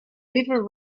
river